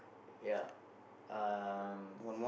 ya um